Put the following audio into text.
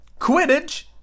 Quidditch